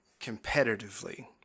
competitively